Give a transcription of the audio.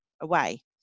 away